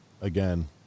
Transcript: again